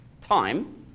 Time